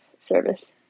service